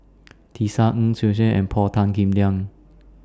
Tisa Ng Tsung Yeh and Paul Tan Kim Liang